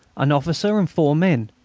an officer and four men.